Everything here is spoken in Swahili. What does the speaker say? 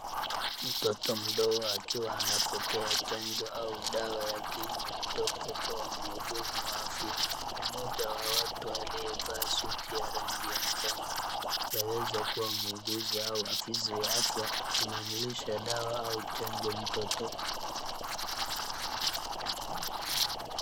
Mtoto mdogo akiwa anapokea chanjo au dawa ya kinywa kutoka kwa mhudumu wa afya. Mmoja wa watu aliyevaa suti ya rangi ya manjano yaweza kuwa muguzi au afisi ya afya anaamlisha dawa au chanjo mtoto.